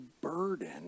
burden